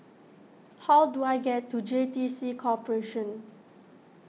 how do I get to J T C Corporation